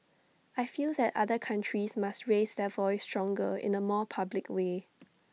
I feel that other countries must raise their voice stronger in A more public way